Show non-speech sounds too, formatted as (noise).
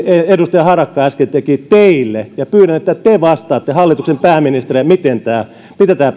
edustaja harakka äsken teki teille ja pyydän että te vastaatte hallituksen pääministerinä mitä kustannuksia tämä (unintelligible)